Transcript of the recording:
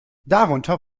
darunter